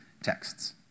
texts